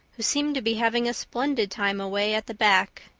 who seemed to be having a splendid time away at the back.